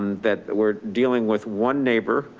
that we're dealing with one neighbor,